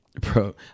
Bro